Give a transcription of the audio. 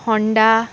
Honda